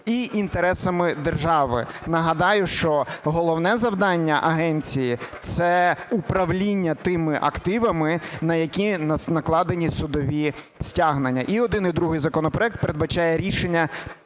і інтересами держави. Нагадаю, що головне завдання агенції – це управління тими активами, на які накладені судові стягнення. І один, і другий законопроект передбачає управління